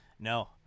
No